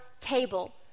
table